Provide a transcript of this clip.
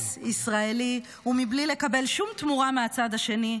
ישראלי ומבלי לקבל שום תמורה מהצד השני.